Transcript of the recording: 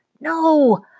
No